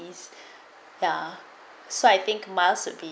is ya so I think miles will be